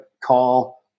call